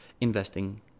investing